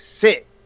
sit